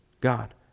God